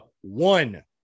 one